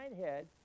head